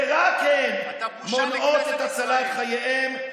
הן ורק הן מונעות את הצלת חייהם,